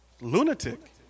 Lunatic